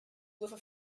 with